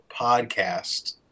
podcast